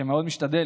שמאוד משתדל,